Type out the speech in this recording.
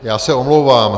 Já se omlouvám.